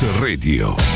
Radio